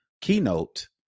keynote